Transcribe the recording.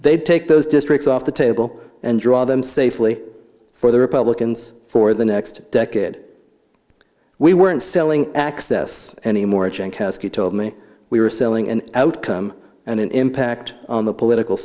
they'd take those districts off the table and draw them safely for the republicans for the next decade we weren't selling access anymore and caskey told me we were selling an outcome and an impact on the political